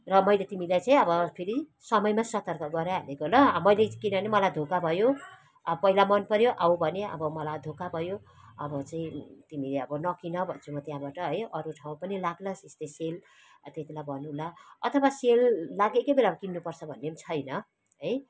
र मैले तिमीलाई चाहिँ अब फेरि समयमा सतर्क गराइहालेको ल मैले चाहिँ किनभने मलाई धोका भयो अब पहिला मन पर्यो आऊ भनेँ अब मलाई धोका भयो अब चाहिँ तिमी अब नकिन भन्छु म त्यहाँबाट है अरू ठाउँ पनि लाग्ला त्यस्तो सेल त्यति बेला भनौँला अथवा सेल लागेकै बेला किन्नु पर्छ भन्ने पनि छैन है